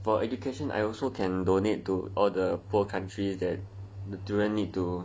for education I also can donate to all the poor countries that the children need to need